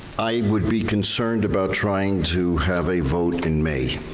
i would be concerned about trying to have a vote in may.